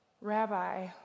Rabbi